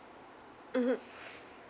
mmhmm